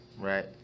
right –